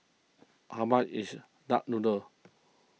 how much is Duck Noodle